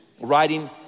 writing